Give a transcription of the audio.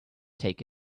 take